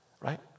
right